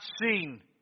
seen